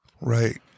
Right